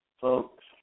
folks